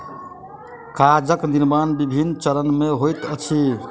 कागजक निर्माण विभिन्न चरण मे होइत अछि